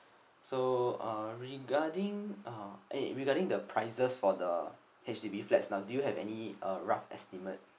so uh regarding uh eh regarding the prices for the H_D_B flats now do you have any uh rough estimate